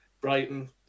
Brighton